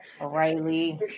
Riley